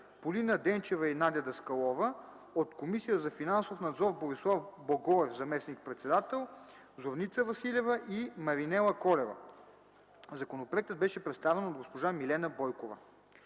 Полина Денчева и Надя Даскалова; - от Комисията за финансов надзор: Борислав Богоев – заместник-председател, Зорница Василева и Маринела Колева. Законопроектът беше представен от госпожа Милена Бойкова.